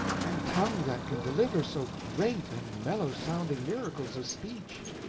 and tongue that can deliver so great and mellow-sounding miracles of speech,